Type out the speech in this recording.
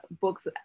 books